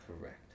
correct